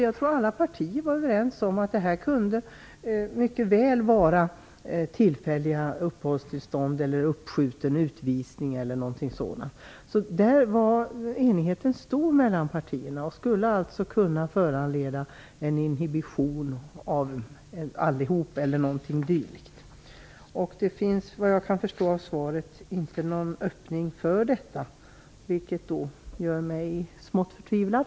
Jag tror att alla partier var överens om att man här mycket väl kunde tillämpa tillfälliga uppehållstillstånd, uppskjuten utvisning eller någonting sådant. Där var enigheten stor mellan partierna, vilket alltså skulle kunna föranleda en inhibition av avvisningarna. Det finns vad jag kan förstå av svaret inte någon öppning för detta, vilket gör mig smått förtvivlad.